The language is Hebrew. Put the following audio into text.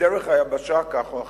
בדרך היבשה כך או אחרת.